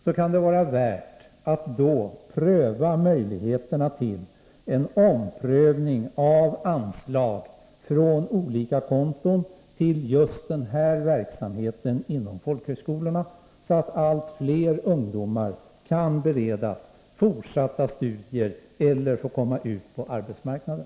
Det kan vara värt att då pröva möjligheterna till en omfördelning av anslag från olika konton till just denna verksamhet inom folkhögskolorna, så att allt fler ungdomar kan beredas fortsatta studier eller komma ut på arbetsmarknaden.